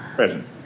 Present